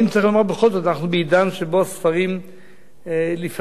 אנחנו בעידן שבו הספרים לפעמים יש להם תחליף,